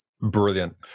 Brilliant